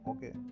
Okay